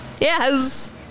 Yes